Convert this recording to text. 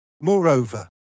Moreover